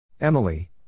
Emily